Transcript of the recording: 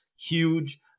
huge